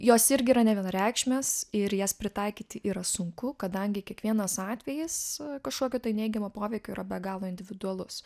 jos irgi yra nevienareikšmės ir jas pritaikyti yra sunku kadangi kiekvienas atvejis kažkokio tai neigiamo poveikio yra be galo individualus